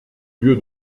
lieu